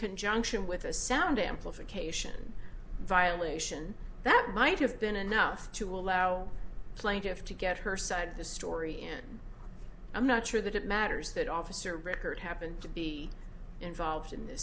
conjunction with a sound amplification violation that might have been enough to allow plaintiff to get her side of the story and i'm not sure that it matters that officer record happened to be involved in the